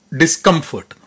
discomfort